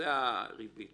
זאת הריבית